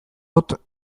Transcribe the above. dut